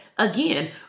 Again